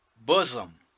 bosom